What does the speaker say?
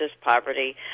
poverty